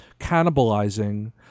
cannibalizing